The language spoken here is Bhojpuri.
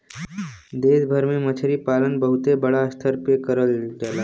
देश भर में मछरी पालन बहुते बड़ा स्तर पे करल जाला